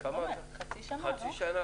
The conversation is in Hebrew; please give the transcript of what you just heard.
חצי שנה.